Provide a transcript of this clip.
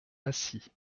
acy